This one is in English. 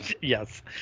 Yes